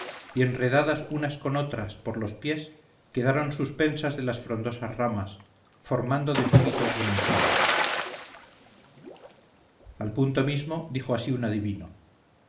y enredadas unas con otras por los pies quedaron suspensas de las frondosas ramas formando de súbito un enjambre al punto mismo dijo así un adivino